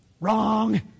wrong